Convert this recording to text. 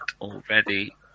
already